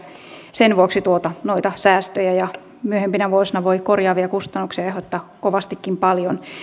sen vuoksi tuota noita säästöjä ja myöhempinä vuosina voi korjaavia kustannuksia aiheuttaa kovastikin paljon